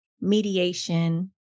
mediation